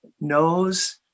knows